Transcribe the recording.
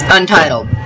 Untitled